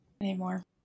anymore